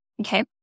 okay